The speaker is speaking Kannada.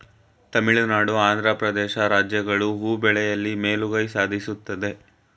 ತಮಿಳುನಾಡು, ಆಂಧ್ರ ಪ್ರದೇಶ್ ರಾಜ್ಯಗಳು ಹೂ ಬೆಳೆಯಲಿ ಮೇಲುಗೈ ಸಾಧಿಸುತ್ತದೆ